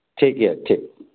ठीक ये ठीक